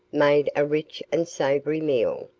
made a rich and savoury meal.